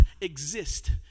exist